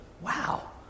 wow